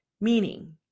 meaning